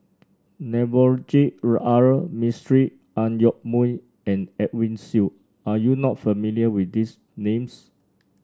Navroji R Mistri Ang Yoke Mooi and Edwin Siew are you not familiar with these names